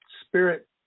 Spirit